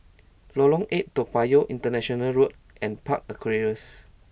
Lorong Eight Toa Payoh International Road and Park Aquaria's